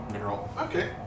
Okay